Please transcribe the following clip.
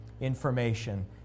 information